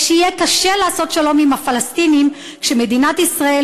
ושיהיה קשה לעשות שלום עם הפלסטינים כשמדינת ישראל